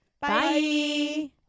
Bye